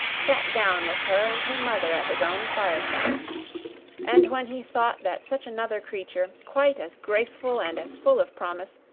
sat down with her and her mother at his own fireside and when he thought that such another creature, quite as graceful and as full of promise,